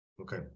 Okay